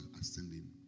ascending